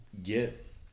get